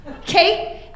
okay